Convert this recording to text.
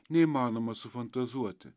neįmanoma sufantazuoti